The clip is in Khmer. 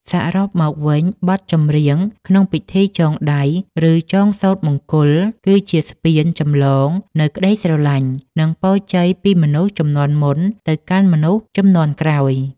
សរុបមកវិញ បទចម្រៀងក្នុងពិធីចងដៃ ឬចងសូត្រមង្គល គឺជាស្ពានចម្លងនូវក្តីស្រឡាញ់ និងពរជ័យពីមនុស្សជំនាន់មុនទៅកាន់មនុស្សជំនាន់ក្រោយ។